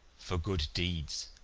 for good deeds,